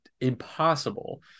impossible